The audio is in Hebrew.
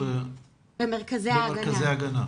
במרכזי ההגנה.